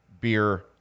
beer